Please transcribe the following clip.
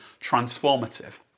transformative